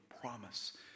promise